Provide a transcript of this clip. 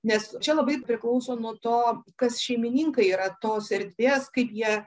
nes čia labai priklauso nuo to kas šeimininkai yra tos erdvės kaip jie